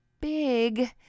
big